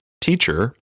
Teacher